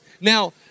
Now